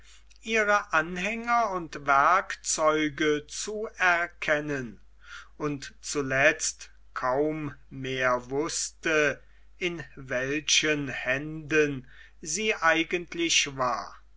ihre anhänger und werkzeuge zu erkennen und zuletzt kaum mehr wußte in welchen händen sie eigentlich war